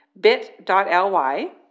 bit.ly